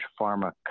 pharma